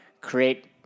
create